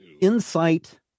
insight